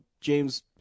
James